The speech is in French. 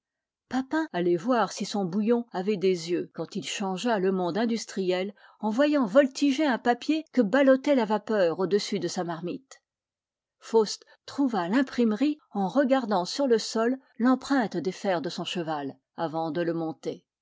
papin allait voir si son bouillon avait des yeux quand il changea le monde industriel en voyant voltiger un papier que ballottait la vapeur au-dessus de sa marmite faust trouva l'imprimerie en regardant sur le sol l'empreinte des fers de son cheval avant de le monter